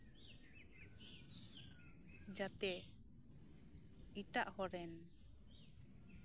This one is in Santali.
ᱡᱟᱛᱮ ᱮᱴᱟᱜ ᱦᱚᱲ ᱨᱮᱱ